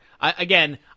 Again